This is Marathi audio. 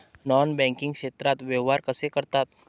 नॉन बँकिंग क्षेत्रात व्यवहार कसे करतात?